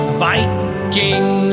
viking